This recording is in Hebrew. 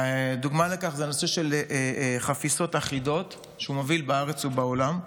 דוגמה לכך זה הנושא החפיסות האחידות שהוא מוביל בארץ ובעולם.